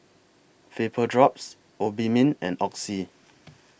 Vapodrops Obimin and Oxy